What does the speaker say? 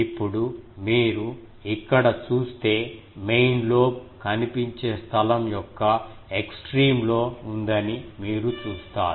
ఇప్పుడు మీరు ఇక్కడ చూస్తే మెయిన్ లోబ్ కనిపించే స్థలం యొక్క ఎక్స్ట్రీమ్ లో ఉందని మీరు చూస్తారు